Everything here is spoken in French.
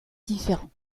différents